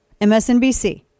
MSNBC